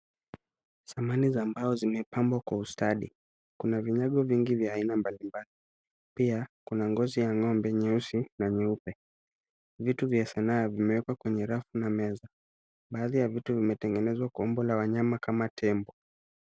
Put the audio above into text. Samani za mbao zimepangwa kwa ustadi. Kuna vinyago vingi vya aina mbalimbali. Pia kuna ngozi ya ng'ombe nyeusi na nyeupe. Vitu vya Sanaa vimewekwa kwenye rafu na meza. Baadhi ya vitu vimetengenezwa kwa umbo la wanyama kama tembo.